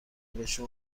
بشه